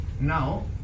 now